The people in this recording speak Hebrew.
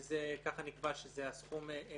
ונקבע שזה הסכום.